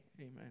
Amen